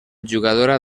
jugadora